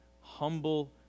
humble